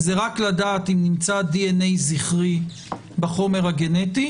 זה רק לדעת אם נמצא דנ"א זכרי בחומר הגנטי,